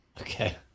Okay